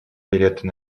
билеты